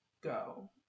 go